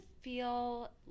feel